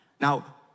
Now